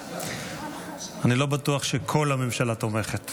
אני לא בטוח שכל הממשלה תומכת.